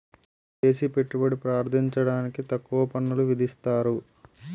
విదేశీ పెట్టుబడి ప్రార్థించడానికి తక్కువ పన్నులు విధిస్తారు